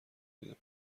دیدم